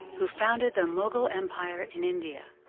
who founded the mughal empire in india.